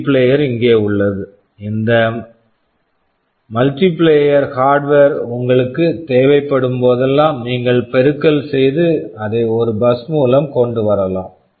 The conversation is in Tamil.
மல்டிபிளேயர் multiplier இங்கே உள்ளது இந்த மல்டிபிளேயர் multiplier ஹார்ட்வர் hardware உங்களுக்குத் தேவைப்படும் போதெல்லாம் நீங்கள் பெருக்கல் செய்து அதை ஒரு பஸ் bus மூலம் கொண்டு வரலாம்